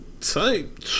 type